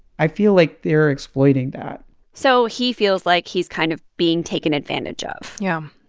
i feel like they're exploiting that so he feels like he's kind of being taken advantage of yeah, um